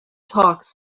talks